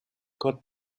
got